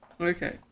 Okay